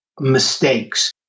mistakes